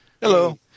hello